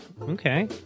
Okay